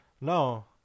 No